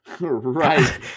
Right